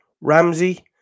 Ramsey